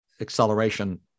acceleration